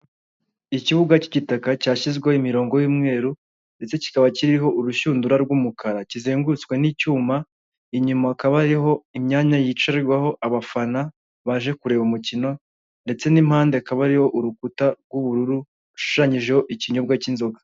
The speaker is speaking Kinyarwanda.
Ikibuga cy'igitaka cyashyizweho imirongo y'umweru ndetse kikaba kiriho urushundura rw'umukara kizengurutswe n'icyuma, inyuma hakaba hariho imyanya yicarirwaho abafana baje kureba umukino ndetse n'impande hakaba hariho urukuta rw'ubururu rushushanyijeho ikinyobwa cy'inzoga.